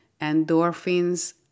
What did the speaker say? endorphins